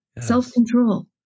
self-control